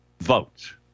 vote